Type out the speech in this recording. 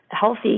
healthy